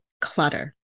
clutter